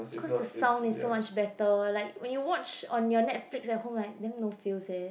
cause the sound is so much better like when you watch on your Netflix at home like damn no feel leh